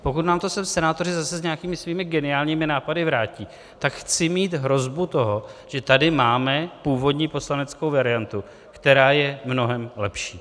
Pokud nám to sem senátoři zase s nějakými svými geniálními nápady vrátí, tak chci mít hrozbu toho, že tady máme původní poslaneckou variantu, která je mnohem lepší.